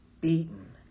beaten